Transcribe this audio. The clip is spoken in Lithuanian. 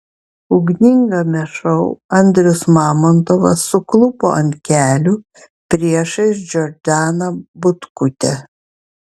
ugningame šou andrius mamontovas suklupo ant kelių priešais džordaną butkutę